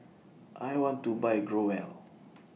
I want to Buy Growell